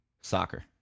Soccer